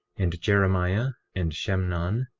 and jeremiah, and shemnon,